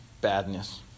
badness